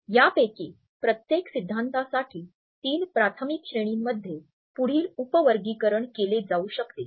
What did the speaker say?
यापैकी प्रत्येक सिद्धांतासाठी तीन प्राथमिक श्रेणींमध्ये पुढील उपवर्गीकरण केले जाऊ शकते